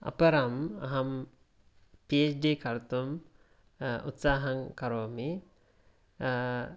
अपरम् अहं PhD कर्तुम् उत्साहं करोमि